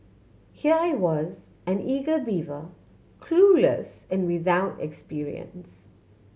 here I was an eager beaver clueless and without experience